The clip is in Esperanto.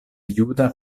juda